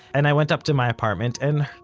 and i went up to my apartment and,